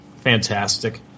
Fantastic